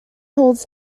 holds